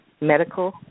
medical